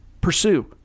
pursue